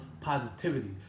positivity